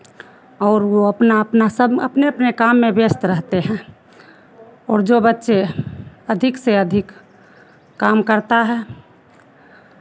और वो अपना अपना सब अपने अपने काम में व्यस्त रहते हैं और जो बच्चे अधिक से अधिक काम करता है